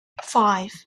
five